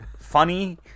funny